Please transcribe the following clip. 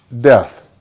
death